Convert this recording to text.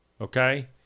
Okay